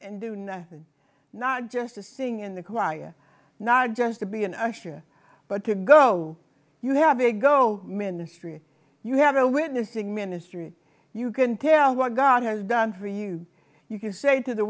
and do nothing not just to sing in the choir not just to be an assure but to go you have a go ministry you have a witnessing ministry you can tell what god has done for you you can say to the